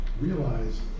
realize